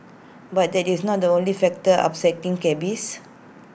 but that is not the only factor upsetting cabbies